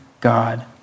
God